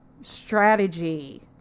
strategy